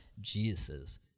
Jesus